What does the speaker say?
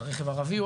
על רכב ערבי,